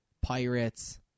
pirates